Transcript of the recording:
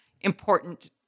important